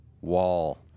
wall